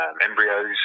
embryos